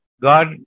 God